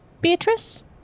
Beatrice